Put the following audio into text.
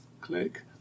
click